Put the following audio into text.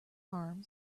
arms